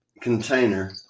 container